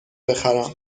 بخرم